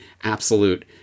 absolute